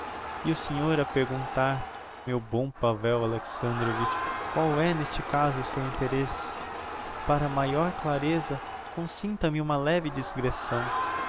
e o senhor a perguntar meu bom pavel alexandrovitch qual é n'este caso o seu interesse para maior clareza consinta me uma leve